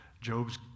Job's